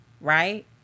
right